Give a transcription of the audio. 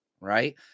right